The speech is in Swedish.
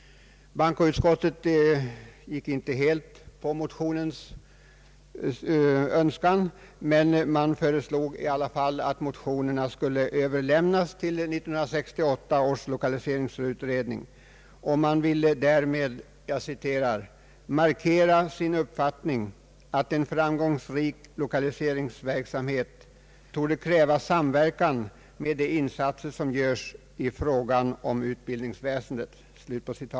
Bankoutskot tet tillmötesgick inte motionärernas Önskan helt, men föreslog att motionen skulle överlämnas till 1968 års lokaliseringsutredning. Man ville därmed »markera sin uppfattning att en framgångsrik lokaliseringsverksamhet torde kräva samverkan med de insatser som görs i fråga om utbildningsväsendet».